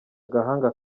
agahanga